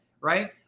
right